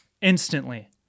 instantly